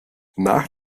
nach